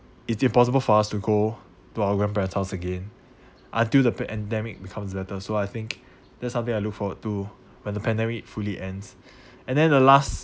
it's impossible for us to go to our grandparents' house again until the pandemic become better so I think that's something I look forward to when the pandemic fully ends and then the last